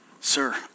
Sir